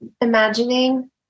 imagining